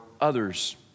others